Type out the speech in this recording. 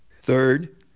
Third